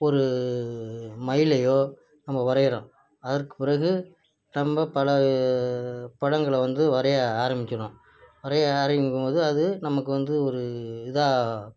ஒரு மயிலையோ நம்ம வரைகிறோம் அதற்கு பிறகு நம்ம பல படங்களை வந்து வரைய ஆரமிக்கணும் வரைய ஆரம்பிக்கும் போது அது நமக்கு வந்து ஒரு இதாக